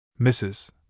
Mrs